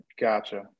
Gotcha